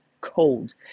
cold